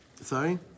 sorry